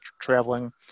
traveling